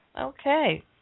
Okay